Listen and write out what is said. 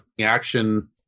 action